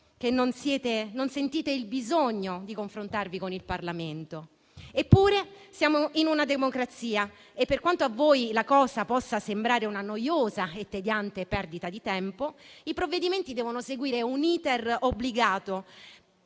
da non sentire il bisogno di confrontarvi con il Parlamento. Eppure, siamo in una democrazia e, per quanto a voi la cosa possa sembrare una noiosa e tediante perdita di tempo, i provvedimenti devono seguire un *iter* obbligato,